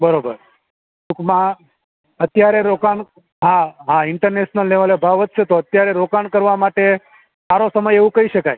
બરોબર ટૂંકમાં અત્યારે રોકાણ હા ઇન્ટરનેશનલ લેવલે ભાવ વધશે તો અત્યારે રોકાણ કરવામાં માટે સારો સમય એવુ કહી શકાય